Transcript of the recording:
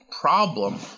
problem